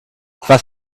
was